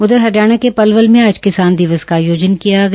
उधर हरियाणा के पलवल में आज किसान दिवस का आयोजन किया गया